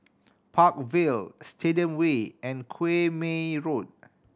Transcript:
Park Vale Stadium Way and Quemoy Road